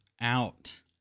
Out